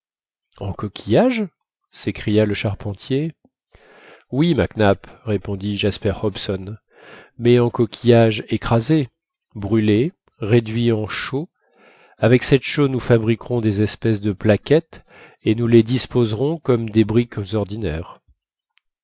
en coquillages s'écria le charpentier oui mac nap répondit jasper hobson mais en coquillages écrasés brûlés réduits en chaux avec cette chaux nous fabriquerons des espèces de plaquettes et nous les disposerons comme des briques ordinaires